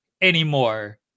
anymore